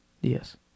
yes